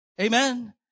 Amen